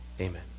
amen